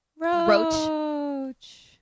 Roach